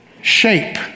shape